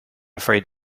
afraid